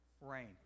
Rain